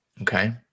Okay